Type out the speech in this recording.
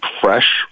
fresh